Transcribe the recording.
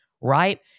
right